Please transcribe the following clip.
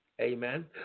amen